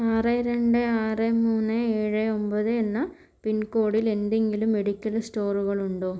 ആറ് രണ്ട് ആറ് മൂന്ന് എഴ് ഒൻപത് എന്ന പിൻകോഡിൽ എന്തെങ്കിലും മെഡിക്കൽ സ്റ്റോറുകൾ ഉണ്ടോ